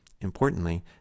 importantly